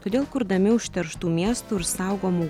todėl kurdami užterštų miestų ir saugomų